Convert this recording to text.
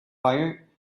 fire